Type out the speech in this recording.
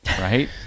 right